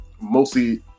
mostly